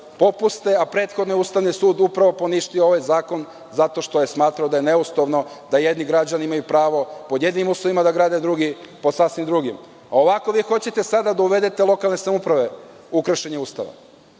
a prethodno je Ustavni sud upravo poništio ovaj zakon zato što je smatrao da je neustavno da jedni građani imaju pravo pod jednim uslovima da grade a drugi pod sasvim drugim. Ovako, vi hoćete sada da uvedete lokalne samouprave u kršenje Ustava.